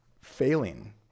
failing